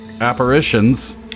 apparitions